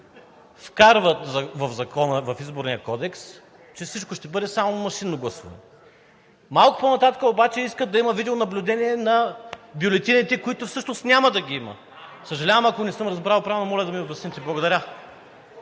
вкарват в Изборния кодекс, че всичко ще бъде само машинно гласуване. Малко по-нататък обаче искат да има видеонаблюдение на бюлетините, които всъщност няма да ги има. Съжалявам, ако не съм разбрал правилно, моля да ми обясните. Благодаря.